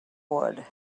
wood